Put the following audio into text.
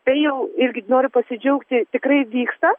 tai jau irgi noriu pasidžiaugti tikrai vyksta